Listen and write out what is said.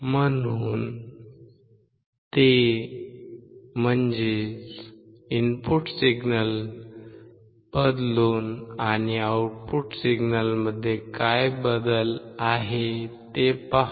म्हणून ते input signal बदला आणि आउटपुट सिग्नलमध्ये काय बदल आहे ते पहा